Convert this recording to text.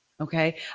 Okay